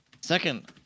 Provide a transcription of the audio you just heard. Second